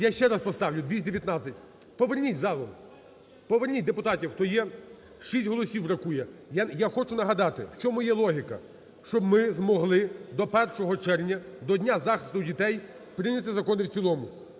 Я ще раз поставлю. 219. Поверніть в залу. Поверніть депутатів, хто є. шість голосів бракує. Я хочу нагадати, в чому є логіка: щоб ми змогли до 1 червня, до Дня захисту дітей прийняти закони в цілому.